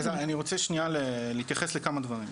אז אני רוצה שנייה להתייחס לכמה דברים,